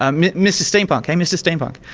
um mr steam-punk, hey mr steam-punk!